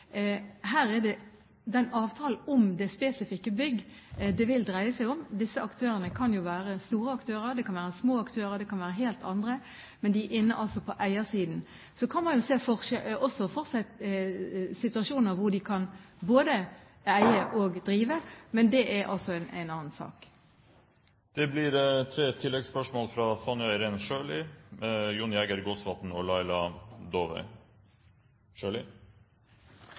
Her er det avtalen om de spesifikke bygg det vil dreie seg om. Disse aktørene kan jo være store aktører, det kan være små aktører, det kan være helt andre, men de er inne på eiersiden. Så kan man jo også se for seg situasjoner hvor de kan både eie og drive, men det er en annen sak. Det blir tre oppfølgingsspørsmål – først Sonja Irene Sjøli. God omsorg skal gis innenfor rammene av loven, og